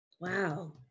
Wow